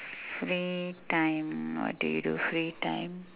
free time what do you do free time